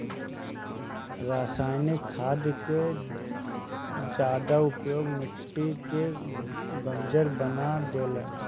रासायनिक खाद के ज्यादा उपयोग मिट्टी के बंजर बना देला